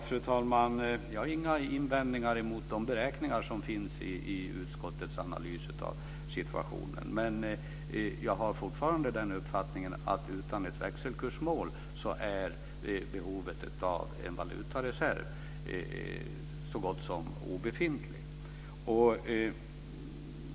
Fru talman! Jag har inga invändningar mot de beräkningar som finns i utskottets analys av situationen. Men jag har fortfarande uppfattningen att utan ett växelkursmål är behovet av en valutareserv så gott som obefintligt.